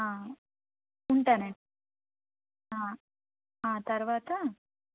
ఉంటానండి తరవాత